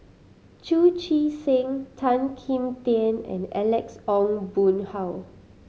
Chu Chee Seng Tan Kim Tian and Alex Ong Boon Hau